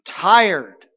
tired